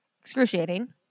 excruciating